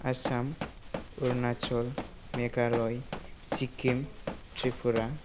Assam Arunachal Meghalaya Sikkim Tripura